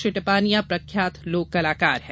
श्री टिपानिया प्रख्यात लोक कलाकार हैं